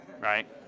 right